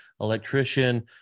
electrician